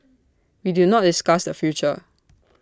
we do not discuss the future